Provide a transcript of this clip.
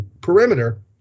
perimeter